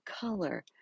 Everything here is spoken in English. color